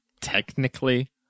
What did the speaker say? Technically